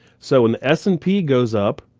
so when the s and p goes up,